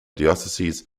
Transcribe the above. dioceses